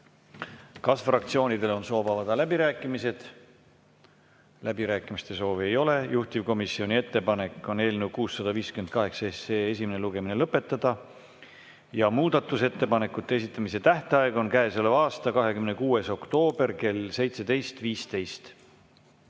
Kas fraktsioonidel on soov avada läbirääkimised? Läbirääkimiste soovi ei ole. Juhtivkomisjoni ettepanek on eelnõu 658 esimene lugemine lõpetada ja muudatusettepanekute esitamise tähtaeg on käesoleva aasta 26. oktoober kell 17.15.